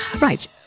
Right